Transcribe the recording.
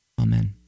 Amen